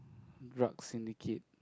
drug syndicate